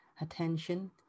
attention